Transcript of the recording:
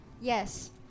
Yes